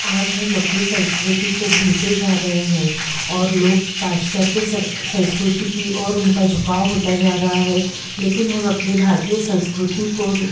आज हम अपनी संस्कृति को भूलते जा रहे हैं और लोग पाश्चात्य संस्कृति की ओर उनका झुकाव होता जा रहा है लेकिन हम अपनी भारतीय संस्कृति को